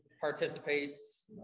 participates